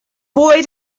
boy